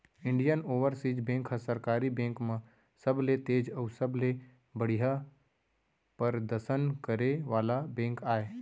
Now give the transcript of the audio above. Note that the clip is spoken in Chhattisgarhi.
इंडियन ओवरसीज बेंक ह सरकारी बेंक म सबले तेज अउ सबले बड़िहा परदसन करे वाला बेंक आय